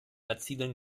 erzielen